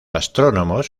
astrónomos